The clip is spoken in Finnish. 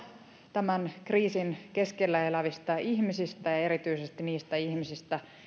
tämän kriisin keskellä elävistä ihmisistä ja erityisesti niistä ihmisistä